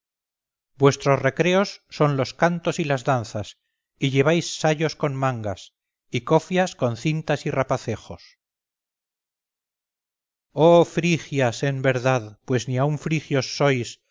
vuestros recreos son los cantos y las danzas y lleváis sayos con mangas y cofias con cintas y rapacejos oh frigias en verdad pues ni aun frigios sois